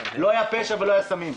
לא היה פשע ולא היו סמים.